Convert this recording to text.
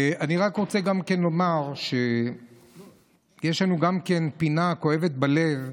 אני רק רוצה לומר גם שיש לנו פינה כואבת בלב: